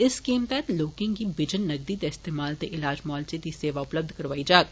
इस स्कीम तैहत लोकें गी बिजन नकदी दे इस्तमाल दे इलाज मोआलजे दी सेवा उपलब्ध करोआई जाग